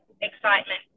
excitement